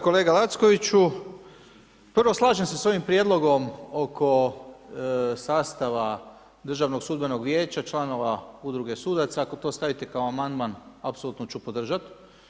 Kolega Lackoviću, prvo slažem se s ovim prijedlogom oko sastava Državnog sudbenog vijeća članova Udruge sudaca ako to stavite kao amandman apsolutno ću podržati.